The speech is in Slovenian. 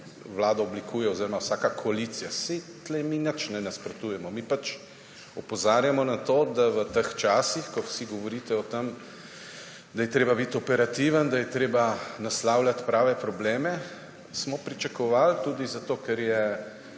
vlado oblikuje oziroma vsaka koalicija. Saj mi tukaj nič ne nasprotujemo. Mi pač opozarjamo na to, da v teh časih, ko vsi govorite o tem, da je treba biti operativen, da je treba naslavljati prave probleme, smo pričakovali, tudi zato, ker je